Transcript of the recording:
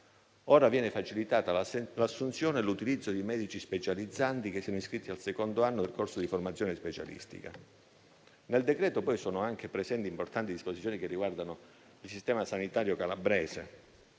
Ora vengono facilitati l'assunzione e l'utilizzo di medici specializzandi che siano iscritti al secondo anno del corso di formazione specialistica. Nel decreto poi sono anche presenti importanti disposizioni che riguardano il sistema sanitario calabrese.